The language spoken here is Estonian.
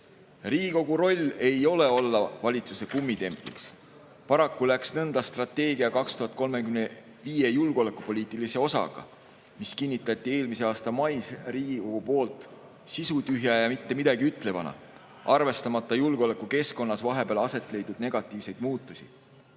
Riigikogu roll ei ole olla valitsuse kummitempliks. Paraku läks nõnda strateegia "Eesti 2035" julgeolekupoliitilise osaga, mis kinnitati eelmise aasta mais Riigikogu poolt sisutühja ja mittemidagiütlevana, arvestamata julgeolekukeskkonnas vahepeal aset leidnud negatiivseid muutusi.